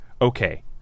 Okay